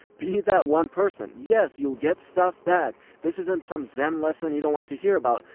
be that one person. yes, you'll get stuff back, this isn't some zen lesson you don't want to hear about.